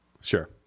Sure